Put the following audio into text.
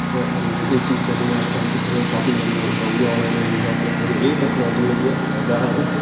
एह् चीज करनी अज्जकल दिक्खो तुस शापिंग करनी कुसै ओह् बी आनलाइन होंदी जां हर इक चीज ऐ एह् टेक्नोलाॅजी दा केह् ऐ फायदा ऐ